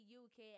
uk